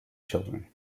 children